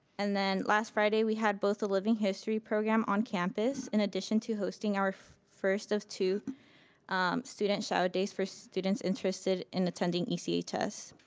and then, last friday we had both the living history program on campus, in addition to hosting our first of two student shadow days for students interested in attending echs. so